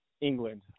England